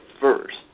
first